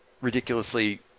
ridiculously